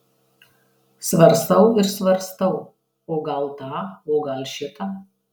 svarstau ir svarstau o gal tą o gal šitą